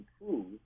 improve